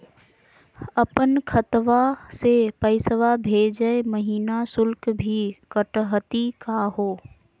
अपन खतवा से पैसवा भेजै महिना शुल्क भी कटतही का हो?